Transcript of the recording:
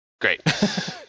great